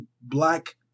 Black